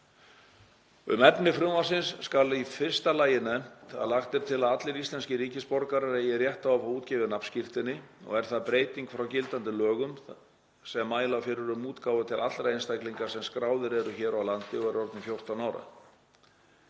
Um efni frumvarpsins skal í fyrsta lagi nefnt að lagt er til að allir íslenskir ríkisborgarar eigi rétt á að fá útgefið nafnskírteini og er það breyting frá gildandi lögum sem mæla fyrir um útgáfu til allra einstaklinga sem eru skráðir hér á landi og eru orðnir 14 ára.